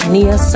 Nia